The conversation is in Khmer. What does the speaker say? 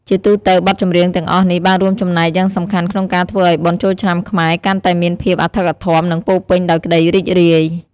ជាទូទៅ បទចម្រៀងទាំងអស់នេះបានរួមចំណែកយ៉ាងសំខាន់ក្នុងការធ្វើឱ្យបុណ្យចូលឆ្នាំខ្មែរកាន់តែមានភាពអធិកអធម និងពោរពេញដោយក្ដីរីករាយ។